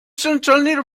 certainly